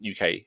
UK